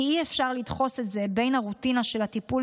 כי אי-אפשר לדחוס את זה בין הרוטינה של הטיפול